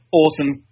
awesome